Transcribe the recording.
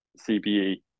CBE